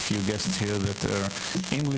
ברוך הבא מר דארוף אלינו מלונדון.